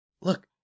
Look